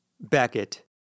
Beckett